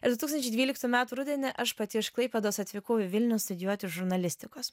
ir du tūkstančiai dvyliktų metų rudenį aš pati iš klaipėdos atvykau į vilnių studijuoti žurnalistikos